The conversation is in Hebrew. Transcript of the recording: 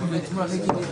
בקשות חילוט.